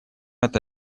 это